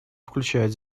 включает